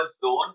zone